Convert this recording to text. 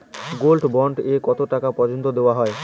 Gold bond এ কতো টাকা পর্যন্ত দেওয়া হয়?